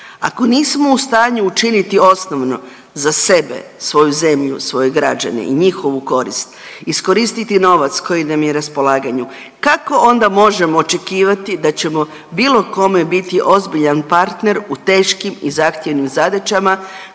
Ako nismo u stanju učiniti osnovno za sebe, svoju zemlju, svoje građane i njihovu korist, iskoristiti novac koji nam je na raspolaganju, kako onda možemo očekivati da ćemo bilo kome biti ozbiljan partner u teškim i zahtjevnim zadaćama